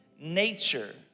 nature